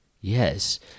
Yes